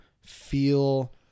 feel